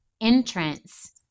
entrance